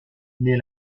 mais